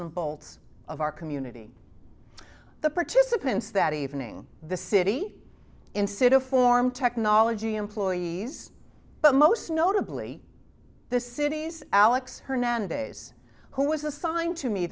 and bolts of our community the participants that evening the city insident form technology employees but most notably the city's alex hernandez who was assigned to me